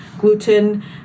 gluten